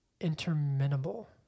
interminable